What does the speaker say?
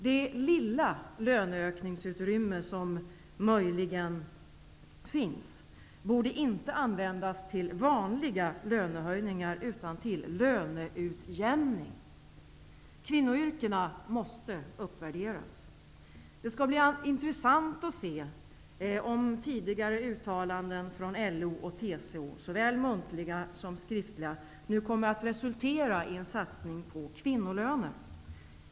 Det lilla löneökningsutrymme som möjligen finns borde inte användas till vanliga lönehöjningar utan till löneutjämning. Kvinnoyrkena måste uppvärderas. Det skall bli intressant att se om tidigare uttalanden från LO och TCO, såväl muntliga som skriftliga, nu kommer att resultera i en satsning på kvinnolöner.